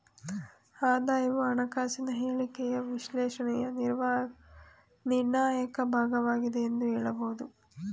ಆದಾಯವು ಹಣಕಾಸಿನ ಹೇಳಿಕೆಯ ವಿಶ್ಲೇಷಣೆಯ ನಿರ್ಣಾಯಕ ಭಾಗವಾಗಿದೆ ಎಂದು ಹೇಳಬಹುದು